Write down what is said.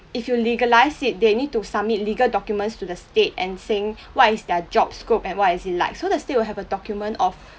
if you legalise it they need to submit legal documents to the state and saying what is their job scope and what is it like so the state will have a document of